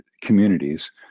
communities